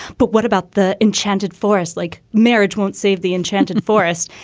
but what about the enchanted forest? like marriage won't save the enchanted forest.